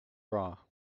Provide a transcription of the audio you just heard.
bra